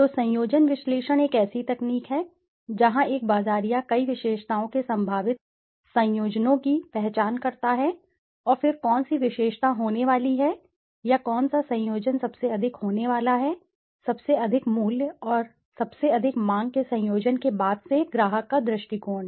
तो संयोजन विश्लेषण एक ऐसी तकनीक है जहां एक बाज़ारिया कई विशेषताओं के संभावित संयोजनों की पहचान करता है और फिर कौन सी विशेषता होने वाली है या कौन सा संयोजन सबसे अधिक होने वाला है सबसे अधिक मूल्य और सबसे अधिक मांग के संयोजन के बाद से ग्राहक का दृष्टिकोण